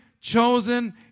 chosen